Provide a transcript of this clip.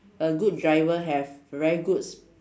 a good driver have very good